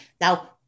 Now